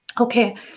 Okay